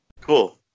Cool